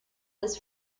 this